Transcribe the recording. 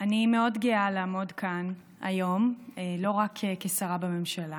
מאוד גאה לעמוד כאן היום, לא רק כשרה בממשלה